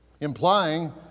implying